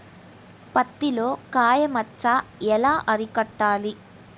పత్తిలో కాయ మచ్చ ఎలా అరికట్టాలి?